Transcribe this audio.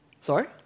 Sorry